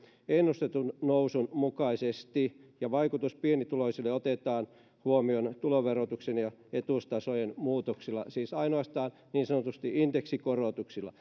ennustetun nousun mukaisesti vaikutus pienituloisille otetaan huomioon tuloverotuksen ja etuustasojen muutoksilla siis ainoastaan niin sanotusti indeksikorotuksilla